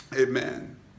amen